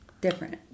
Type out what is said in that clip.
Different